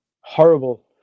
horrible